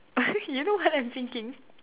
you know what I'm thinking